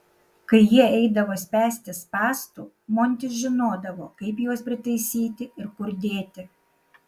kai jie eidavo spęsti spąstų montis žinodavo kaip juos pritaisyti ir kur dėti